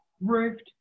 roofed